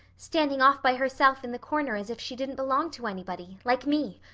standing off by herself in the corner as if she didn't belong to anybody, like me.